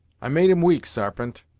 i made him wink, sarpent,